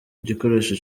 gikoresho